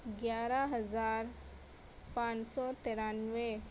گیارہ ہزار پانچ سو ترانوے